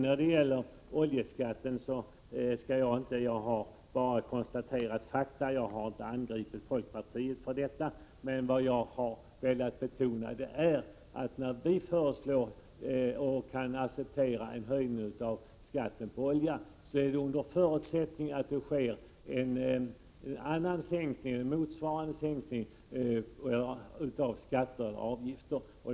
När det gäller oljeskatten har jag inte angripit folkpartiet utan bara konstaterat fakta. Vad jag har velat betona är att när vi kan acceptera en höjning av skatten på olja, är det under förutsättning att det sker motsvarande sänkning av andra skatter och avgifter.